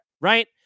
right